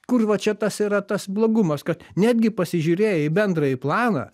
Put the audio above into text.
kur va čia tas yra tas blogumas kad netgi pasižiūrėję į bendrąjį planą